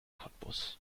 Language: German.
cottbus